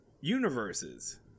universes